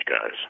guys